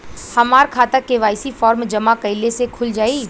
हमार खाता KYC form जमा कइले से खुल जाई?